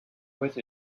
with